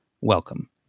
welcome